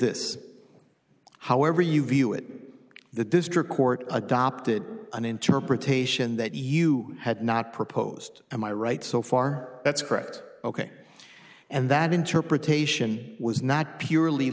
this however you view it the district court adopted an interpretation that you had not proposed am i right so far that's correct ok and that interpretation was not purely